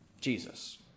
Jesus